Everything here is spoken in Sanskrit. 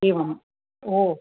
एवम् ओ